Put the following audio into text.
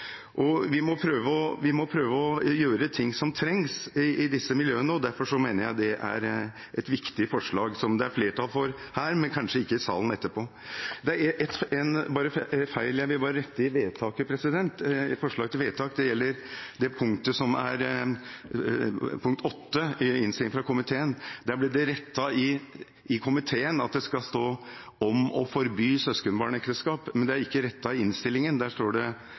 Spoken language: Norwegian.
Vi må prøve å gjøre ting som trengs i disse miljøene, og derfor mener jeg det er et viktig forslag som det er flertall for her, men kanskje ikke i salen etterpå. Jeg vil bare rette opp i forslaget til vedtak. Det gjelder punkt VIII i innstillingen fra komiteen. Der ble det rettet i komiteen til at det skal stå «om å forby søskenbarnekteskap», men det er ikke rettet i innstillingen. Der står det «som forbyr». «Om å forby søskenbarnekteskap» er en rettelse som ble gjort av komiteen, og som må være en teknisk feil i innstillingen. Det